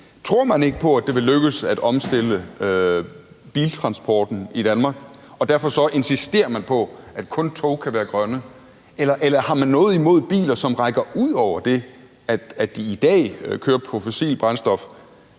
Tror man ikke på, at det vil lykkes at omstille biltransporten i Danmark, og derfor insisterer man på, at kun tog kan være grønne? Eller har man noget imod biler, som rækker ud over det, at de i dag kører på fossilt brændstof,